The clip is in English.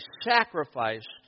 sacrificed